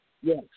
Yes